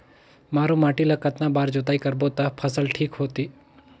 मारू माटी ला कतना बार जुताई करबो ता फसल ठीक होती?